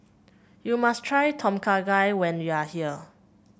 you must try Tom Kha Gai when you are here